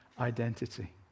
identity